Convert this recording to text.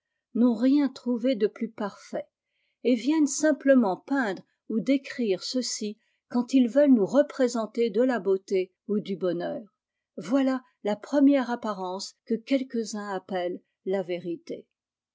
n'ont rien trouvé de plus parfait et viennent simplement peindre ou décrire ceci quand ils veulent nous représenter do la beaiuté ou du bonheur voilà la première apparence que quelquesuns appellent la vérité